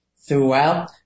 throughout